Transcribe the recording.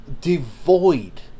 devoid